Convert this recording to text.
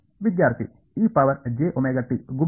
ವಿದ್ಯಾರ್ಥಿ ಗುಂಪುಗಳು